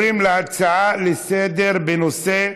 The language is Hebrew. נעבור להצעה לסדר-היום מס' 11640, בנושא: